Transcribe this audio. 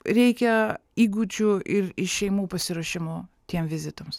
reikia įgūdžių ir iš šeimų pasiruošimo tiem vizitams